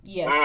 Yes